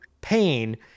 pain